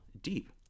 deep